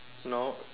no